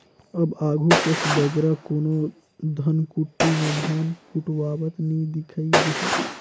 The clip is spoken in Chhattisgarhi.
अब आघु कस बगरा कोनो धनकुट्टी में धान कुटवावत नी दिखई देहें